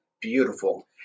beautiful